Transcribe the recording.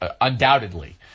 Undoubtedly